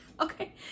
Okay